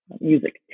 music